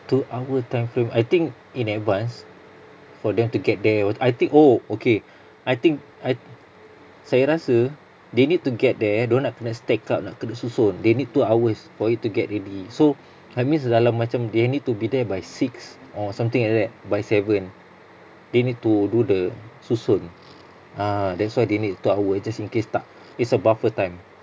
two hour time frame I think in advanced for them to get there I think oh okay I think I saya rasa they need to get there dorang nak kena stack up nak kena susun they need two hours for it to get ready so that means dalam macam they need to be there by six or something like that by seven they need to do the susun ah that's why they need two hours just in case tak it's a buffer time